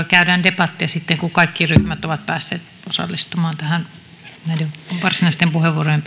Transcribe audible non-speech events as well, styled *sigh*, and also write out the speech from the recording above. *unintelligible* käydään debattia sitten kun kaikki ryhmät ovat päässeet osallistumaan näiden varsinaisten puheenvuorojen *unintelligible*